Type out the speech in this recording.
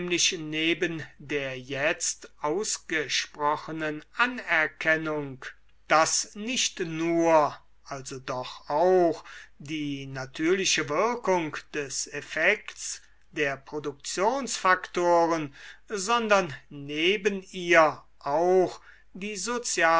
neben der jetzt ausgesprochenen anerkennung da nicht nur also doch auch die natürliche wirkung des effekts der produktionsfaktoren sondern neben ihr auch die